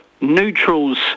neutrals